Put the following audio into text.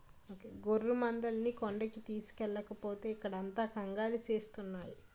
గొర్రెమందల్ని కొండకి తోలుకెల్లకపోతే ఇక్కడంత కంగాలి సేస్తున్నాయి